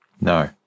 No